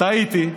טעיתי,